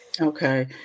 Okay